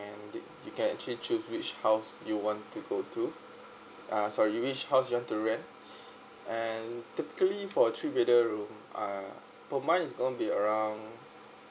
and you can actually choose which house you want to go through uh sorry which house you want to rent and typically for the three bedroom uh per month it is going to be around